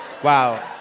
Wow